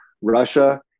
Russia